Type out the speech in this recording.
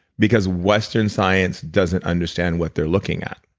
because western science doesn't understand what they're looking at.